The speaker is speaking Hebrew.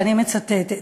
ואני מצטטת: